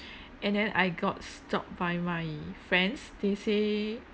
and then I got stopped by my friends they say